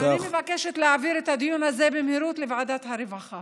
ואני מבקשת להעביר את הדיון הזה במהירות לוועדת הרווחה.